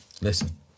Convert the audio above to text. listen